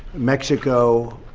mexico,